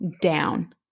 down